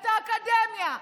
את האקדמיה,